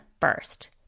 first